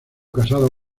casado